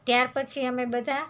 ત્યાર પછી અમે બધા